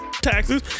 Taxes